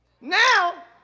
Now